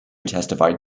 testified